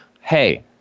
hey